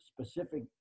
Specific